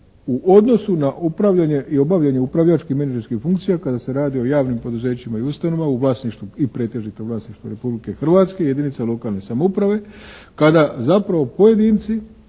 u odnosu na upravljanje i obavljanje upravljačkih i menadžerskih funkcija kada se radi o javnim poduzećima i ustanovama u vlasništvu i pretežito u vlasništvu Republike Hrvatske, jedinica lokalne samouprave kada zapravo pojedinci